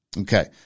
Okay